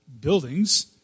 buildings